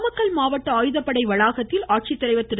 நாமக்கல் மாவட்ட ஆயுதப்படை வளாகத்தில் ஆட்சித்தலைவர் திரு